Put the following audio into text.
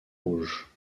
rouge